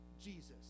Jesus